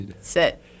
...sit